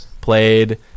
played